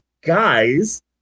guys